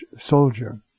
Soldier